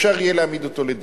אפשר יהיה להעמיד אותו לדין,